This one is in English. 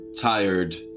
tired